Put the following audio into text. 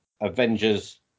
Avengers